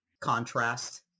contrast